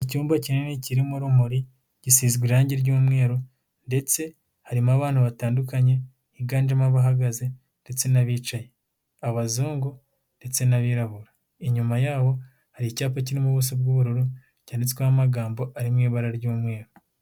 Icyumba kinini kirimo urumuri gisizwe irangi ry'umweru ndetse harimo abana batandukanye higanjemo abahagaze ndetse n'abicaye, abazungu ndetse n'abirabura, inyuma yabo hari icyapa kirimo ubuso bw'ubururu cyanyanditsweho amagambo ari mu ibara ry'umweru.